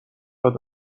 خودش